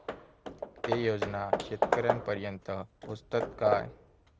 ते योजना शेतकऱ्यानपर्यंत पोचतत काय?